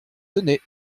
tenay